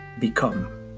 become